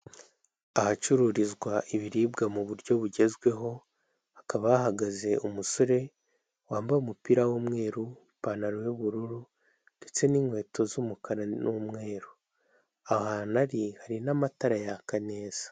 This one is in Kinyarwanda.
Ahacururizwa ibiribwa mu buryo bugezweho, hakaba hahagaze umusore wambaye umupira w'umweru, ipantaro y'ubururu ndetse n'inkweto z'umukara n'umweru, ahantu ari hari amatara yaka neza cyane.